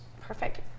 Perfect